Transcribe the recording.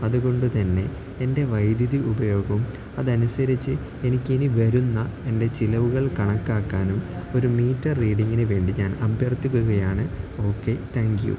അതുകൊണ്ട് തന്നെ എൻ്റെ വൈദ്യുതി ഉപയോഗവും അതനുസരിച്ച് എനിക്ക് ഇനി വരുന്ന എൻ്റെ ചിലവുകൾ കണക്കാക്കാനും ഒരു മീറ്റർ റീഡിങ്ങിന് വേണ്ടി ഞാൻ അഭ്യർഥിക്കുകയാണ് ഓക്കെ താങ്ക് യൂ